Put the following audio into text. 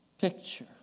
picture